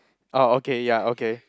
orh okay ya okay